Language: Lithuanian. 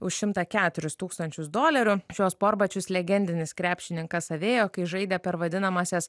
už šimtą keturis tūkstančius dolerių šiuos sportbačius legendinis krepšininkas avėjo kai žaidė per vadinamąsias